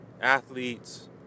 athletes